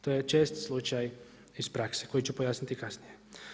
To je čest slučaj iz prakse koji ću pojasniti kasnije.